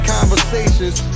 Conversations